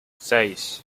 seis